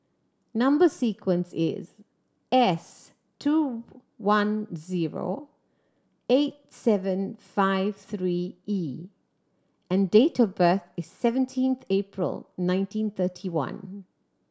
number sequence is S two one zero eight seven five three E and date of birth is seventeenth April nineteen thirty one